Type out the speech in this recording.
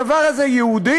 הדבר הזה יהודי?